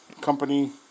Company